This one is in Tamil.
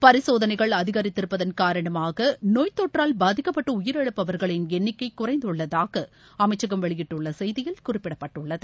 பரிசோதனைகள் அதிகரித்திருப்பதன் காரணமாக நோய் தொற்றால் பாதிக்கப்பட்டு உயிரிழப்பவர்களின் எண்ணிக்கை குறைந்துள்ளதாக அமைச்சகம் வெளியிட்டுள்ள செய்தியில் குறிப்பிடப்பட்டுள்ளது